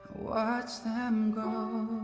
watch them grow